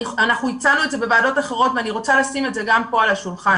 אנחנו הצענו את זה בוועדות אחרות ואני רוצה לשים את זה גם פה על השולחן.